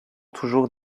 toujours